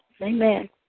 Amen